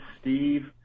Steve